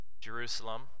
Jerusalem